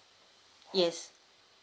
yes